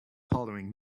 following